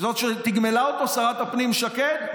זאת שתגמלה אותו שרת הפנים שקד?